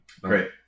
Great